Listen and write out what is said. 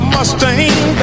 Mustang